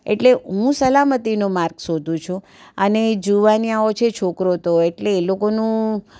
અને એટલે હું સલામતીનો માર્ગ શોધું છું અને જુવાનિયાઓ છે છોકરો તો એટલે એ લોકોનું